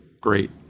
great